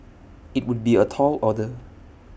IT would be A tall order